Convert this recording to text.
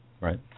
Right